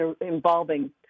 involving